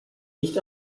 nicht